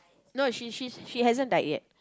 no she she she hasn't died yet